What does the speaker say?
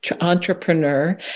entrepreneur